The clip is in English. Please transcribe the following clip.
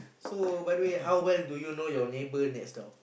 so by the way how well do you know your neighbor next door